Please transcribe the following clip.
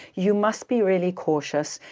you must be really cautious,